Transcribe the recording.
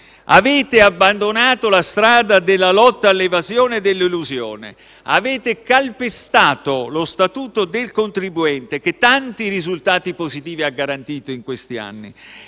avete abbandonato la strada della lotta all'evasione e all'elusione, avete calpestato lo statuto del contribuente che tanti risultati positivi ha garantito in questi anni